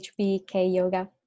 hbkyoga